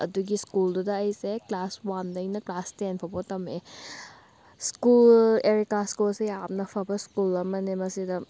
ꯑꯗꯨꯒꯤ ꯁ꯭ꯀꯨꯜꯗꯨꯗ ꯑꯩꯁꯦ ꯀ꯭ꯂꯥꯁ ꯋꯥꯟꯗꯩꯅ ꯀ꯭ꯂꯥꯁ ꯇꯦꯟ ꯐꯥꯎꯕ ꯇꯝꯃꯛꯑꯦ ꯁ꯭ꯀꯨꯜ ꯑꯦꯔꯤꯀꯥ ꯁ꯭ꯀꯨꯜꯁꯦ ꯌꯥꯝꯅ ꯐꯕ ꯁ꯭ꯀꯨꯜ ꯑꯃꯅꯦ ꯃꯁꯤꯗ